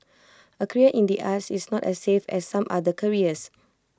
A career in the arts is not as safe as some other careers